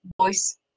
voice